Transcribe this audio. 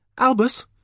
Albus